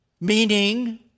meaning